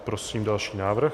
Prosím další návrh.